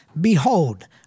Behold